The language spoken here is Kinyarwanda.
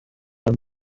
jean